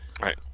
Right